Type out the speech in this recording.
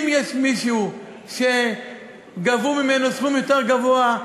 אם יש מישהו שגבו ממנו סכום יותר גבוה,